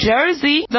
Jersey